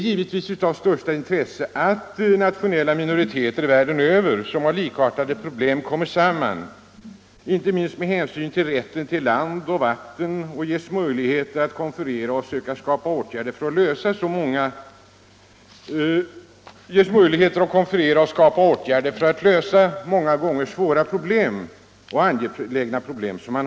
Givetvis är det av största intresse att nationella minoriteter i världen över som har likartade problem kan komma samman — inte minst med hänsyn till rätten till land och vatten — och ges möjligheter att konferera och söka skapa åtgärder för att lösa många gånger svåra och angelägna problem.